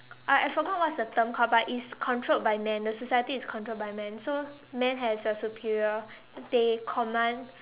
I I forgot what's the term called but it's controlled by men the society is controlled by men so men has a superior they command